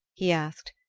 he asked,